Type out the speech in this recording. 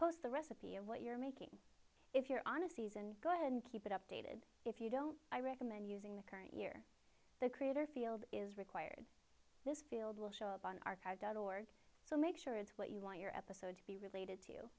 post the recipe of what you're making if you're on a season go ahead and keep it updated if you don't i recommend using the current year the creator field is required this field will show up on our car door so make sure it's what you want your episode to be related to